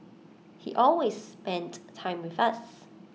he always spent time with us